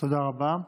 תודה רבה.